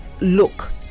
look